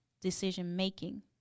decision-making